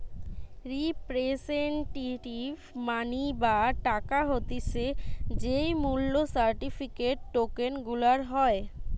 representative money বা টাকা হতিছে যেই মূল্য সার্টিফিকেট, টোকেন গুলার হয়